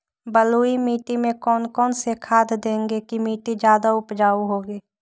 बलुई मिट्टी में कौन कौन से खाद देगें की मिट्टी ज्यादा उपजाऊ होगी?